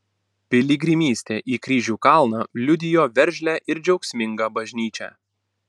piligrimystė į kryžių kalną liudijo veržlią ir džiaugsmingą bažnyčią